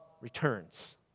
returns